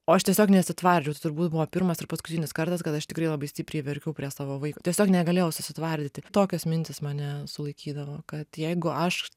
o aš tiesiog nesitvardžiau tai turbūt buvo pirmas ir paskutinis kartas kada aš tikrai labai stipriai verkiau prie savo vaiko tiesiog negalėjau susitvardyti tokios mintys mane sulaikydavo kad jeigu aš